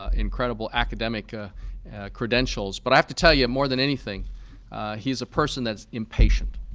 ah incredible academic ah credentials. but i have to tell you, more than anything he's a person that's impatient.